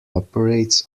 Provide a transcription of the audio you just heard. operates